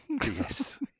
Yes